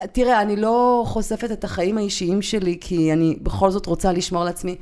תראה, אני לא חושפת את החיים האישיים שלי כי אני בכל זאת רוצה לשמור לעצמי.